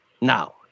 Now